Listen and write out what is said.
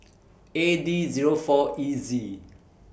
A D Zero four E Z